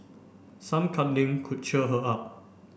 some cuddling could cheer her up